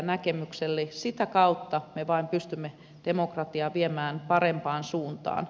vain sitä kautta me pystymme demokratiaa viemään parempaan suuntaan